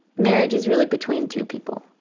marriage is really between two people.